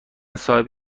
صاحب